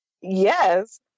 Yes